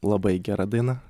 labai gera daina